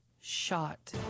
shot